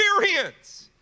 experience